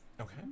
okay